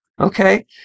Okay